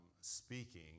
speaking